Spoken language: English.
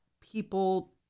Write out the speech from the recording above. people